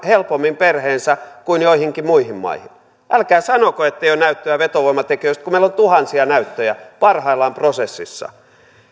helpommin perheensä kuin joihinkin muihin maihin älkää sanoko ettei ole näyttöä vetovoimatekijöistä kun meillä on tuhansia näyttöjä parhaillaan prosessissa